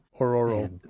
Aurora